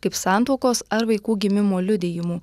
kaip santuokos ar vaikų gimimo liudijimų